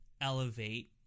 elevate